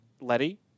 Letty